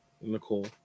Nicole